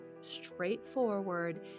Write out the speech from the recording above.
straightforward